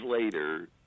later